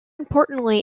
importantly